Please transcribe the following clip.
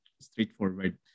straightforward